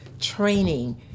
training